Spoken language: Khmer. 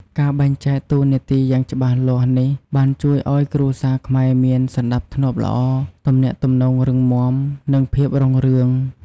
ការបែងចែកតួនាទីយ៉ាងច្បាស់លាស់នេះបានជួយឲ្យគ្រួសារខ្មែរមាន សណ្ដាប់ធ្នាប់ល្អ ទំនាក់ទំនងរឹងមាំ និងភាពរុងរឿង។